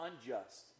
unjust